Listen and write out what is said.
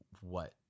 what-